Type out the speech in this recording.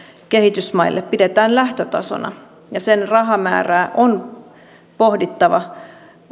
kehitysmaille pidetään lähtötasona ja sen rahamäärää on pohdittava